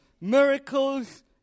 miracles